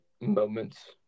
moments